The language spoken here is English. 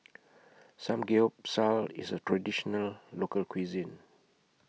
Samgyeopsal IS A Traditional Local Cuisine